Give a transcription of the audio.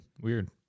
weird